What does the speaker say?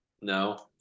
No